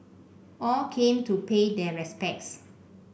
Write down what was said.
all came to pay their respects